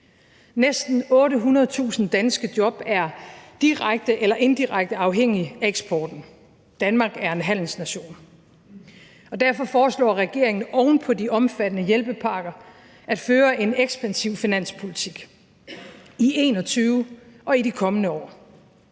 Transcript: Næsten 800.000 danske job er direkte eller indirekte afhængige af eksporten. Danmark er en handelsnation. Derfor foreslår regeringen oven på de omfattende hjælpepakker at føre en ekspansiv finanspolitik i 2021 og i de kommende år.